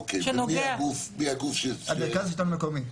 אוקיי, ומי הגוף שירצה --- מרכז השלטון המקומי.